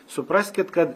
supraskit kad